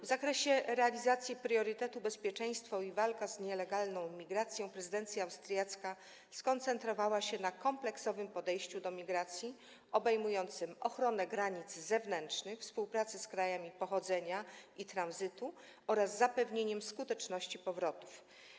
W zakresie realizacji priorytetu: bezpieczeństwo i walka z nielegalną migracją prezydencja austriacka skoncentrowała się na kompleksowym podejściu do migracji, obejmującym ochronę granic zewnętrznych, współpracę z krajami pochodzenia i tranzytu oraz zapewnienie skuteczności powrotów.